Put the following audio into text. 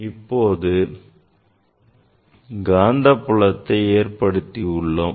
இப்போது காந்தப்புலத்தை ஏற்படுத்தியுள்ளோம்